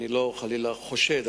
אני לא חלילה חושד,